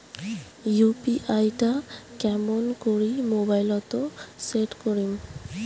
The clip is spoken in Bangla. ইউ.পি.আই টা কেমন করি মোবাইলত সেট করিম?